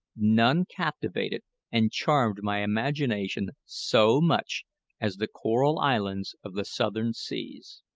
none captivated and charmed my imagination so much as the coral islands of the southern seas.